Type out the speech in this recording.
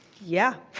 yeah.